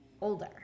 older